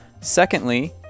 Secondly